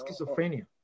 schizophrenia